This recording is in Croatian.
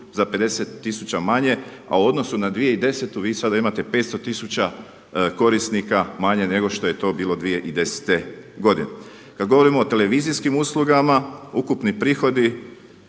za 50 tisuća manje, a u odnosu na 2010. vi sada imate 500 tisuća korisnika manje nego što je to bilo 2010. godine. Kada govorimo o televizijskim uslugama ukupni prihodi